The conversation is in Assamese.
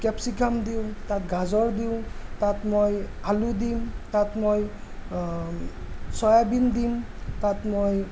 কেপচিকাম দিওঁ তাত গাজৰ দিওঁ তাত মই আলু দিম তাত মই চয়াবিন দিম তাত মই